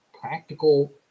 practical